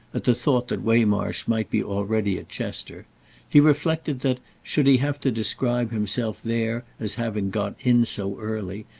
at the thought that waymarsh might be already at chester he reflected that, should he have to describe himself there as having got in so early,